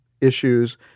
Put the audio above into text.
issues